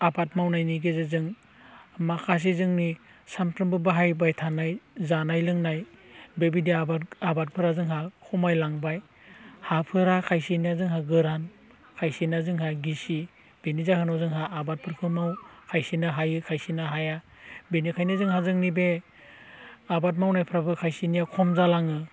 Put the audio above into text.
आबाद मावनायनि गेजेरजों माखासे जोंनि सानफ्रोमबो बाहायबाय थानाय जानाय लोंनाय बेबायदि आबादफोरा जोंहा खमायलांबाय हाफोरा खायसेनिया जोंहा गोरान खायसेना जोंहा गिसि बेनि जाहोनाव जोंहा आबादफोरखौ मावो खायसेना हायो खायसेना हाया बेनिखायनो जोंहा जोंनि बे आबाद मावनायफोराबो खायसेनिया खम जालाङो